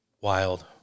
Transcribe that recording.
wild